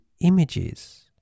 images